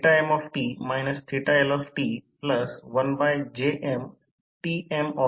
3 KVA single phase auto transformer वर 11